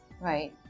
Right